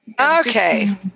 Okay